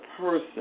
person